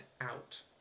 out